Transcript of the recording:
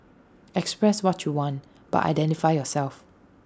express what you want but identify yourself